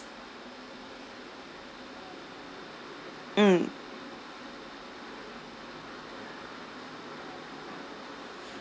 mm